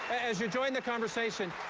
as you join the conversation,